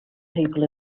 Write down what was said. people